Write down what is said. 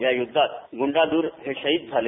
या युद्धात गुंडाधूर हे शहीद झाले